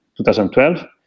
2012